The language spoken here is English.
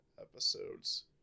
episodes